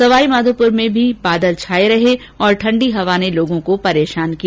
सवाईमाधोपुर में भी बादल छाये रहे और ठंडी हवा ने लोगों को परेशान किया